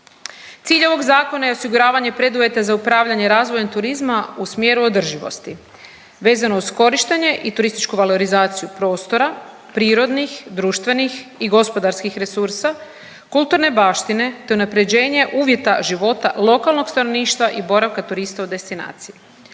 Cilj ovog Zakona je osiguravanje preduvjeta za upravljanje razvojem turizma u smjeru održivosti, vezano uz korištenje i turističku valorizaciju prostora, prirodnih, društvenih i gospodarskih resursa, kulturne baštine te unaprjeđenje uvjeta života lokalnog stanovništva i boravka turista u destinaciji.